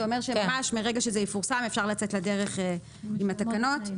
זה אומר שממש מרגע שזה יפורסם אפשר לצאת לדרך עם התקנות.